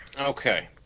Okay